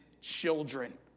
children